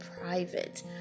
private